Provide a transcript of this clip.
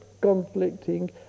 conflicting